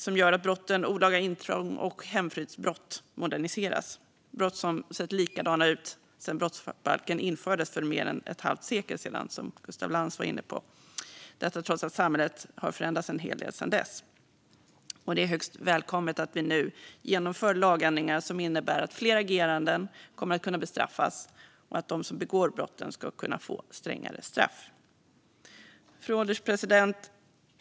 Det gör att brotten olaga intrång och hemfridsbrott moderniseras. Det är brott som har sett likadana ut sedan brottsbalken infördes för mer än ett halvt sekel sedan, som Gustaf Lantz var inne på, detta trots att samhället har förändrats en hel del sedan dess. Det är högst välkommet att vi nu genomför lagändringar som innebär att fler ageranden kommer att kunna bestraffas och att de som begår brotten ska kunna få strängare straff. Fru ålderspresident!